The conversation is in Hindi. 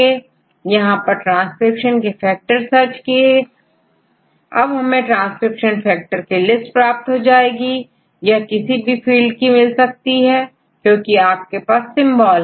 अब हमें ट्रांसक्रिप्शन फैक्टर की लिस्ट प्राप्त हो जाएगी यह किसी भी फील्ड की मिल सकती है क्योंकि आपके पास सिंबॉल हैं